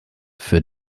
für